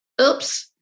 oops